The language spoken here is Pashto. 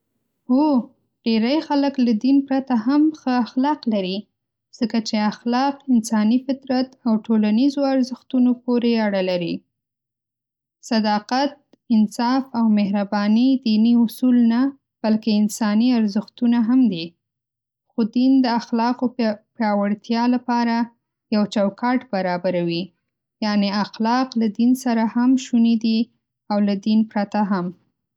هو، ډېری خلک له دین پرته هم ښه اخلاق لري، ځکه چې اخلاق انساني فطرت او ټولنیزو ارزښتونو پورې اړه لري. صداقت، انصاف او مهرباني دیني اصول نه، بلکې انساني ارزښتونه هم دي. خو دین د اخلاقو پیاوړتیا لپاره یو چوکاټ برابروي. یعنې اخلاق له دین سره هم شونې دي، او له دین پرته هم.